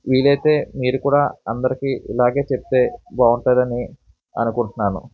వీలైతే మీరు కూడా అందరికీ ఇలాగే చెప్తే బాగుంటుందని అనుకుంటున్నాను